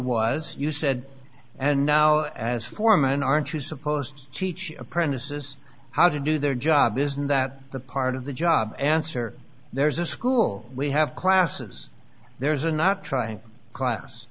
was you said and now as foreman aren't you supposed cheech apprentices how to do their job isn't that the part of the job answer there's a school we have classes there's a not trying class